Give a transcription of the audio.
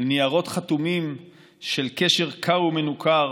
לניירות חתומים של קשר קר ומנוכר